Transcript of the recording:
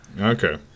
Okay